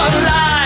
alive